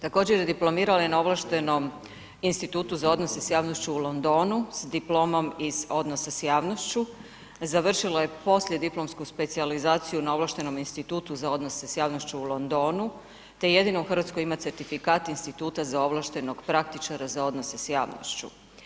Također je diplomirala i na ovlaštenom Institutom za odnose s javnošću u Londonu s diplomom iz odnosa s javnošću, završila je poslijediplomsku specijalizaciju na ovlaštenom Institutu za odnose s javnošću u Londonu te jedina u Hrvatskoj ima certifikat Instituta za ovlaštenog praktičara za odnose s javnošću.